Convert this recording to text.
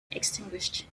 extinguished